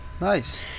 Nice